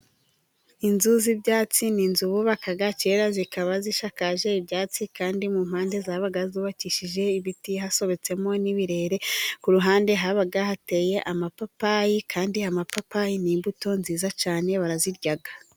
Inzu z'ibyatsi ni inzu bubakaga kera, zikaba zishakaje ibyatsi kandi mu mpande zabaga zubakishije ibiti hasobetsemo n'ibirere, ku ruhande habaga hateye amapapayi kandi amapapayi ni imbuto nziza cyane barazirya.